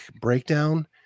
breakdown